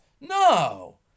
No